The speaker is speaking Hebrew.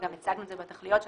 וגם הצגנו את זה בתכליות שלנו.